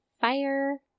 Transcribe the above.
fire